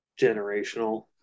generational